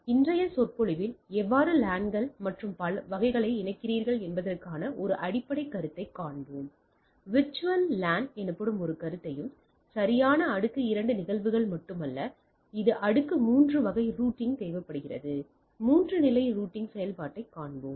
எனவே இன்றைய சொற்பொழிவில் எவ்வாறு லான்கள் மற்றும் வகைகளை இணைக்கிறீர்கள் விர்ச்சுவல் லேன் எனப்படும் ஒரு கருத்தையும் சரியான அடுக்கு 2 நிகழ்வுகள் மட்டுமல்ல இது அடுக்கு 3 வகை ரூட்டிங் தேவைப்படுகிறது மூன்று நிலை ரூட்டிங் செயல்பாட்டைக் காண்போம்